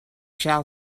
shall